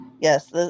Yes